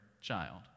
child